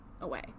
away